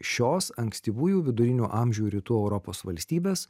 šios ankstyvųjų vidurinių amžių rytų europos valstybės